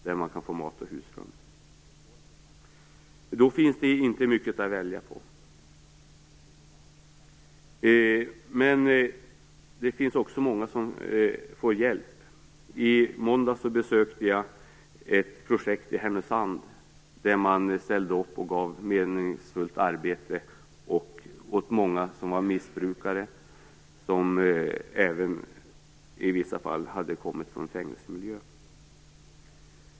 Där kan man få mat och husrum. Då finns det inte mycket att välja på. Det finns också många som får hjälp. I måndags besökte jag ett projekt i Härnösand där man gav meningsfullt arbete åt många som var missbrukare och som i vissa fall kom från fängelsemiljö.